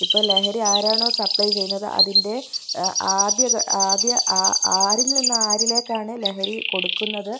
ഇപ്പോൾ ലഹരി ആരാണോ സപ്ലൈ ചെയുന്നത് അതിൻ്റെ ആദ്യ ആദ്യ അ ആരിൽ നിന്ന് ആരിലേക്കാണ് ലഹരി കൊടുക്കുന്നത്